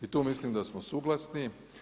I tu mislim da smo suglasni.